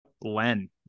Len